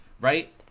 right